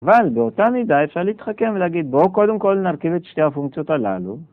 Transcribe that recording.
אבל באותה מידה אפשר להתחכם ולהגיד בואו קודם כל נרכיב את שתי הפונקציות הללו.